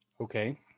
Okay